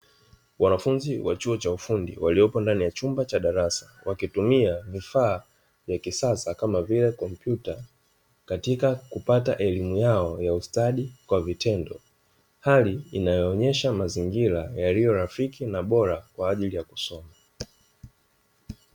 Wanafunzi wa chuo cha ufundi, waliopo ndani ya chumba cha darasa, wakitumia vifaa vya kisasa, kama vile kompyuta katika kupata elimu yao ya ustadi kwa vitendo. Hali inayoonyesha mazingira yaliyo rafiki na bora kwa ajili ya kusoma.